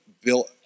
Bill